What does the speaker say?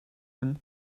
him